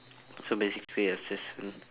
so basically it was just